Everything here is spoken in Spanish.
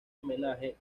homenaje